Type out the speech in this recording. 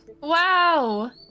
Wow